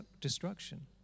destruction